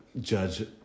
judge